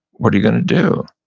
what are you gonna do?